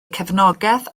cefnogaeth